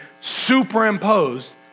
superimposed